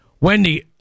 Wendy